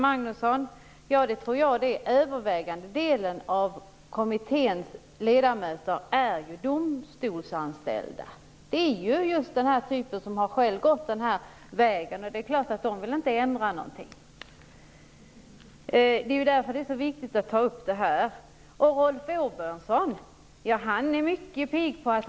Det förstår jag. Den övervägande delen av kommitténs ledamöter är ju domstolsanställda. De har ju själva gått den här vägen. Det är klart att de inte vill ändra någonting. Därför är det viktigt att ta upp det här. Rolf Åbjörnsson är mycket pigg på att...